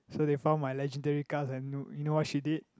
so they found my legendary card and you know what she did